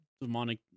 demonic